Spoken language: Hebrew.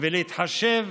ולהתחשב